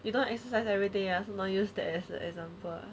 you don't exercise everyday use that as an example